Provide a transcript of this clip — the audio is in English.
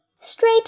straight